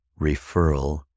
referral